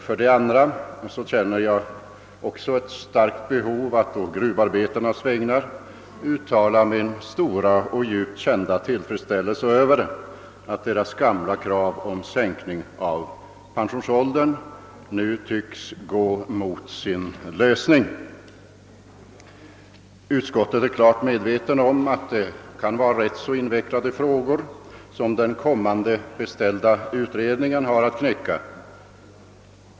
För det andra känner jag ett starkt behov att å gruvarbetarnas vägnar uttala min stora och djupt kända tillfredsställelse över att deras gamla krav på sänkning av pensionsåldern nu tycks gå mot sin lösning. Utskottet är klart medvetet om att det kan vara ganska hårda nötter som den kommande, beställda utredningen har att knäcka.